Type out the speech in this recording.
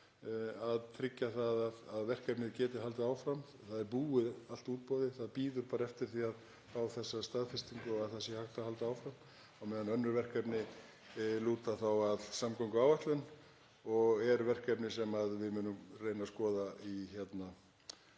að tryggja að verkefnið geti haldið áfram. Útboðið allt er búið, það bíður bara eftir því að fá þessa staðfestingu að hægt sé að halda áfram á meðan önnur verkefni lúta þá að samgönguáætlun og eru verkefni sem við munum reyna að skoða við